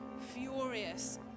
furious